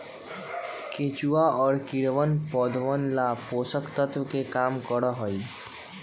केचुआ और कीड़वन पौधवन ला पोषक तत्व के काम करा हई